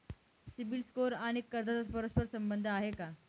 CIBIL score आणि कर्जाचा परस्पर संबंध आहे का?